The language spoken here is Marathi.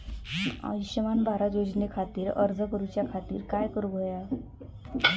आयुष्यमान भारत योजने खातिर अर्ज करूच्या खातिर काय करुक होया?